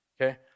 okay